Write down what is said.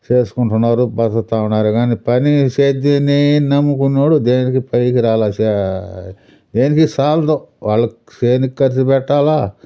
చేసుకుంటున్నారు బతుకుతా ఉన్నారు కానీ పని సేద్యన్నే నమ్ముకున్న వాడు దేనికి పనికిరాల స దేనికి సాల్దు వాళ్ళకి చేనికి ఖర్చు పెట్టాలా